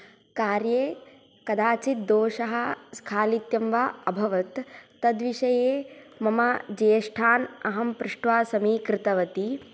कार्ये कदाचित् दोषः स्खालित्यं वा अभवत् तद्विषये मम ज्येष्ठान् अहं पृष्ट्वा समीकृतवती